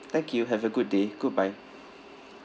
thank you have a good day goodbye